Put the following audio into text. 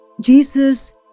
Jesus